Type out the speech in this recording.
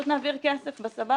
אני מבקש, כמה אנחנו?